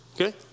Okay